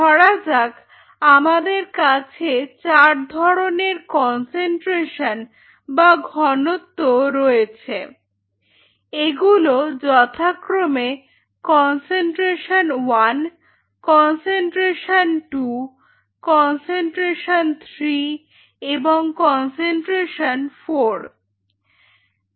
ধরা যাক আমাদের কাছে চার ধরনের কন্সেন্ট্রেশন বা ঘনত্ব রয়েছে এগুলো যথাক্রমে কন্সেন্ট্রেশন 1 কন্সেন্ট্রেশন 2 কন্সেন্ট্রেশন 3 এবং কন্সেন্ট্রেশন 4 Refer Time 1712